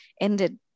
ended